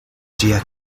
ĝia